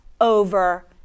over